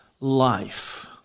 life